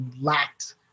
lacked